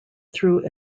through